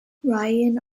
ryan